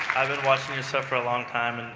i've been watching your stuff for a long time,